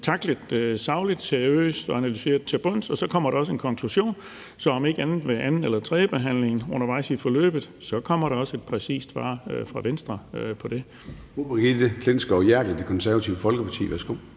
tacklet sagligt og seriøst og analyseret til bunds. Så kommer der også en konklusion, så om ikke andet kommer der ved anden- eller tredjebehandlingen undervejs i forløbet også et præcist svar fra Venstre på det.